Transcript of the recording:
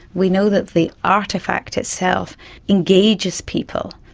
we know that the artefact itself engages people,